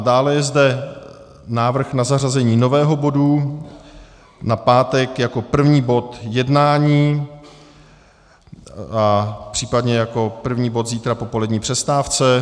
Dále je zde návrh na zařazení nového bodu na pátek jako první bod jednání a případně jako první bod zítra po polední přestávce.